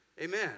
Amen